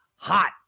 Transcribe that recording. Hot